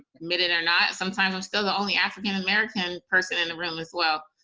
admit it or not, sometimes i'm still the only african american person in the room as well.